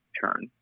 turn